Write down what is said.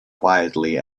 quietly